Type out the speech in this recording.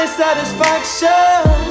satisfaction